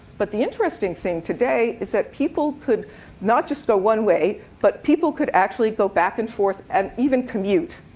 but the interesting thing today is that people could not just go one way, but people could actually go back and forth and even commute.